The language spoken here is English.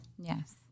Yes